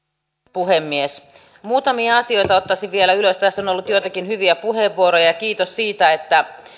puhemies muutamia asioita ottaisin vielä ylös tässä on on ollut joitakin hyviä puheenvuoroja ja kiitos siitä että